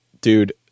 Dude